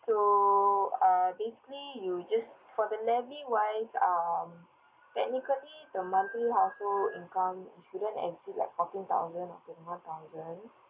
so uh basically you will just for the levy wise um technically the monthly household income shouldn't exceed like fourteen thousand or twenty one thousand